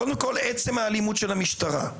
קודם כל עצם האלימות של המשטרה.